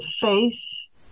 face